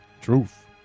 Truth